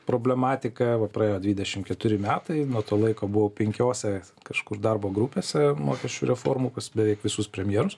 problematika va praėjo dvidešim keturi metai nuo to laiko buvo penkiose kažkur darbo grupėse mokesčių reformų pas beveik visus premjerus